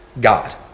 God